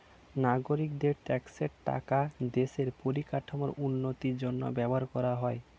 নাগরিকদের ট্যাক্সের টাকা দেশের পরিকাঠামোর উন্নতির জন্য ব্যবহার করা হয়